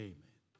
Amen